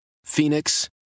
phoenix